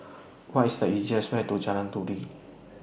What IS The easiest Way to Jalan Turi